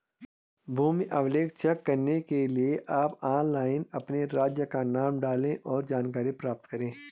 भूमि अभिलेख चेक करने के लिए आप ऑनलाइन अपने राज्य का नाम डालें, और जानकारी प्राप्त करे